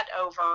over